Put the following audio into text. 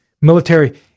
military